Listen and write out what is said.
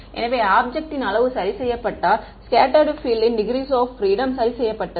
எனவே ஆப்ஜெக்ட்டின் அளவு சரி செய்யப்பட்டால் ஸ்கெட்ட்டர்டு பீல்டின் டிக்ரீஸ் ஆப் பிரீடம் சரி செய்யப்பட்டது